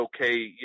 okay